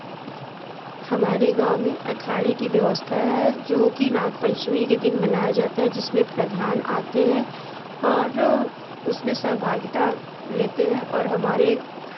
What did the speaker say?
हमारे गाँव में अखाड़े की व्यवस्था है जो कि नाग पंचमी के दिन मनाया जाता है जिसमें प्रधान आते हैं और उसमें सहभागिता लेते हैं और हमारे